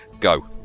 go